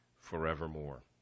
forevermore